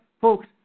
folks